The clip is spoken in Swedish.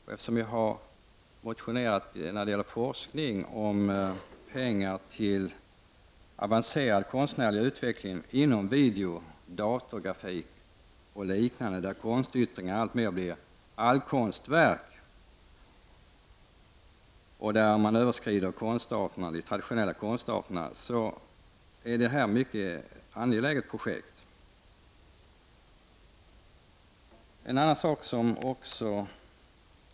Jag har även motionerat om pengar till forskning om avancerad konstnärlig utveckling inom video, datorgrafik och liknande, där konstyttringar blir alltmer allkonstverk — de traditionella konstarternas gränser överskrids. Det är ett mycket angeläget projekt.